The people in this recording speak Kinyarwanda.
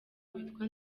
witwa